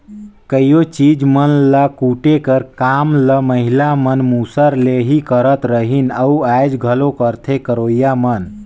कइयो चीज मन ल कूटे कर काम ल महिला मन मूसर ले ही करत रहिन अउ आएज घलो करथे करोइया मन